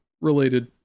related